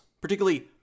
particularly